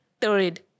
third